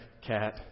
cat